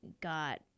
got